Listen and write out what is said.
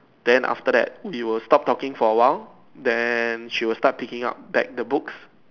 then after that we will stop talking for a while then she will start picking up back the books